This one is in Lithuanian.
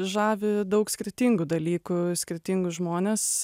žavi daug skirtingų dalykų skirtingus žmones